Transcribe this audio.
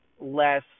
less